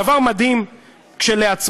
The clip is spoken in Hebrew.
דבר מדהים כשלעצמו.